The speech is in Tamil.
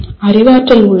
அறிவாற்றல் உள்ளது